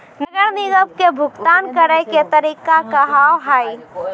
नगर निगम के भुगतान करे के तरीका का हाव हाई?